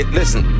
listen